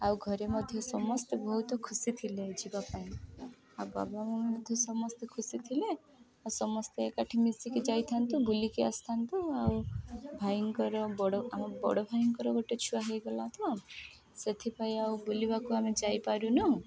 ଆଉ ଘରେ ମଧ୍ୟ ସମସ୍ତେ ବହୁତ ଖୁସି ଥିଲେ ଯିବା ପାଇଁ ଆଉ ବାବା ମମି ମଧ୍ୟ ସମସ୍ତେ ଖୁସି ଥିଲେ ଆଉ ସମସ୍ତେ ଏକାଠି ମିଶିକି ଯାଇଥାନ୍ତୁ ବୁଲିକି ଆସିଥାନ୍ତୁ ଆଉ ଭାଇଙ୍କର ବଡ଼ ଆମ ବଡ଼ ଭାଇଙ୍କର ଗୋଟେ ଛୁଆ ହେଇଗଲା ତ ସେଥିପାଇଁ ଆଉ ବୁଲିବାକୁ ଆମେ ଯାଇପାରୁନୁ